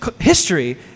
history